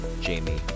Jamie